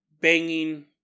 Banging